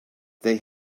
they